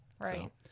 Right